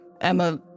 Emma